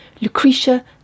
Lucretia